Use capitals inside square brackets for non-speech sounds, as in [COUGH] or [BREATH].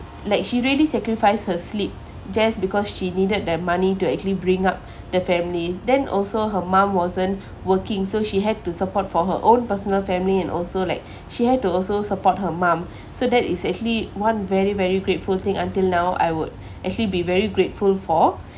like she really sacrificed her sleep just because she needed that money to actually bring up the family then also her mom wasn't [BREATH] working so she had to support for her own personal family and also like [BREATH] she had to also support her mom [BREATH] so that is actually one very very grateful thing until now I would actually be very grateful for